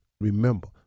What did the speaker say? Remember